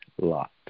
Lot